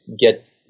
get